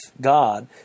God